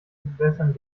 bewässern